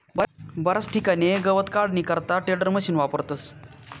बराच ठिकाणे गवत काढानी करता टेडरमिशिन वापरतस